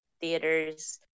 theaters